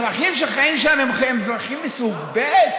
האזרחים שחיים שם הם אזרחים סוג ב'?